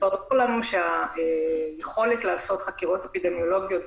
ברור לנו שהיכולת לעשות חקירות אפידמיולוגיות,